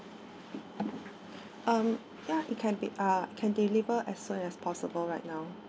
um ya it can be uh can deliver as soon as possible right now